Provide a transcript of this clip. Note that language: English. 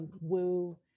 woo